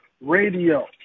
Radio